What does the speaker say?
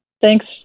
Thanks